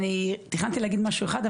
תכננתי להגיד משהו אחד,